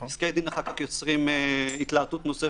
פסקי דין אחר כך יוצרים התלהטות נוספות,